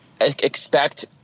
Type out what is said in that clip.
expect